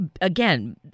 again